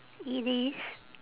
it is